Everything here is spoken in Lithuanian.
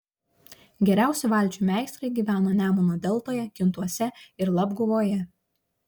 geriausi valčių meistrai gyveno nemuno deltoje kintuose ir labguvoje